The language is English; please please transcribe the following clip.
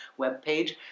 webpage